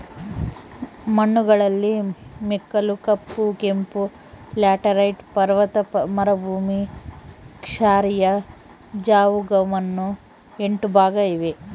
ಮಣ್ಣುಗಳಲ್ಲಿ ಮೆಕ್ಕಲು, ಕಪ್ಪು, ಕೆಂಪು, ಲ್ಯಾಟರೈಟ್, ಪರ್ವತ ಮರುಭೂಮಿ, ಕ್ಷಾರೀಯ, ಜವುಗುಮಣ್ಣು ಎಂಟು ಭಾಗ ಇವೆ